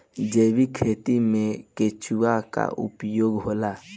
जैविक खेती मे केचुआ का उपयोग होला?